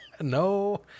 No